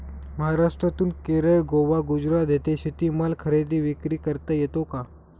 महाराष्ट्रातून केरळ, गोवा, गुजरात येथे शेतीमाल खरेदी विक्री करता येतो का?